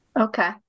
Okay